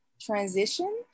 transition